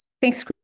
Thanks